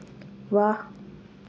वाह्